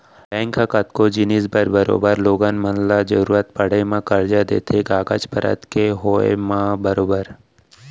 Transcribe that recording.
bank ह कतको जिनिस बर बरोबर लोगन मन ल जरुरत पड़े म करजा देथे कागज पतर के होय म बरोबर